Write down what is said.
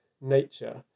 nature